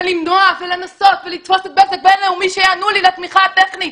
ולמנוע ולנסות ולתפוס את בזק בין-לאומי שיענו לי לתמיכה הטכנית